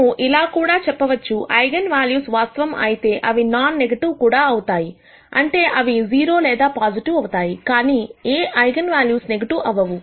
మనము ఇలా కూడా చెప్పవచ్చు ఐగన్ వాల్యూస్ వాస్తవం అయితే అవి నాన్ నెగిటివ్కూడా అవుతాయి అంటే అవి 0 లేదా పాజిటివ్ అవుతాయి కానీ ఏ ఐగన్ వాల్యూస్ నెగిటివ్ అవ్వవు